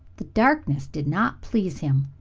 the darkness did not please him,